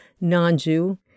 non-Jew